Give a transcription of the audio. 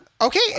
Okay